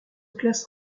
classe